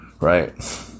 right